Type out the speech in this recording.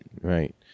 right